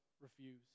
refuse